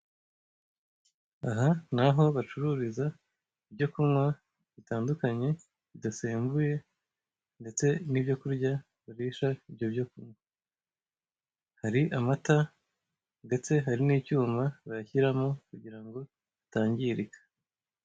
Aha ni aho bacururiza ibyo kunywa bitandukanye, bidasembuye, ndetse n'ibyo kurya barisha ibyo byo kunywa. Hari amata, ndetse hari n'icyuma bayashyiramo kugira ngo atangirika.